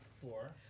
Four